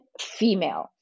female